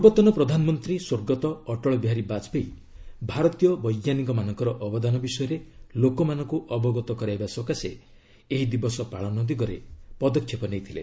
ପୂର୍ବତନ ପ୍ରଧାନମନ୍ତ୍ରୀ ସ୍ୱର୍ଗତଃ ଅଟଳ ବିହାରୀ ବାଜପେୟୀ ଭାରତୀୟ ବୈଜ୍ଞାନିକମାନଙ୍କର ଅବଦାନ ବିଷୟରେ ଲୋକମାନଙ୍କୁ ଅବଗତ କରାଇବା ସକାଶେ ଏହି ଦିବସ ପାଳନ ଦିଗରେ ପଦକ୍ଷେପ ନେଇଥିଲେ